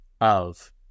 of-